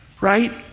Right